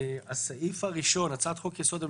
הסעיף הראשון הוא